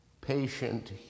patient